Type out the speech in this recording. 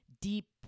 deep